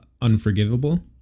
unforgivable